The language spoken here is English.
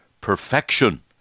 perfection